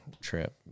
trip